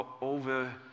over